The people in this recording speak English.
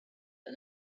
but